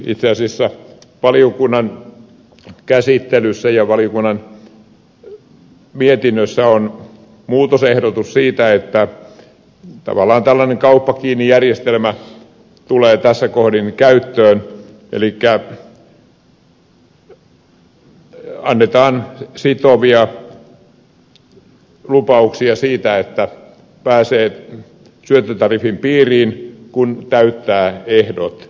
itse asiassa valiokunnan käsittelyssä ja valiokunnan mietinnössä on muutosehdotus siitä että tavallaan tällainen kauppa kiinni järjestelmä tulee tässä kohdin käyttöön elikkä annetaan sitovia lupauksia siitä että pääsee syöttötariffin piiriin kun täyttää ehdot